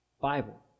Bible